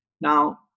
Now